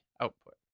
output